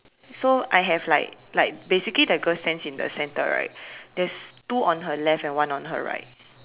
so I have like like basically the girl stands in the center right there's two on her left and one on her right